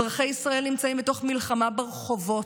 אזרחי ישראל נמצאים בתוך מלחמה ברחובות,